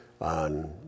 on